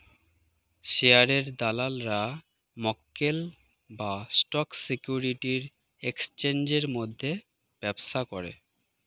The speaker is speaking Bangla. শেয়ারের দালালরা মক্কেল বা স্টক সিকিউরিটির এক্সচেঞ্জের মধ্যে ব্যবসা করে